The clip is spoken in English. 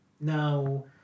Now